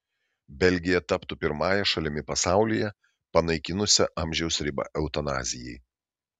belgija taptų pirmąją šalimi pasaulyje panaikinusia amžiaus ribą eutanazijai